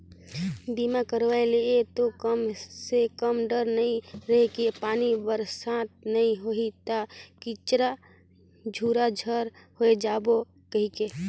बीमा करवाय जे ये तो कम से कम डर नइ रहें कि पानी बरसात नइ होही त निच्चर झूरा झार होय जाबो कहिके